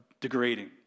degrading